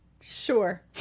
Sure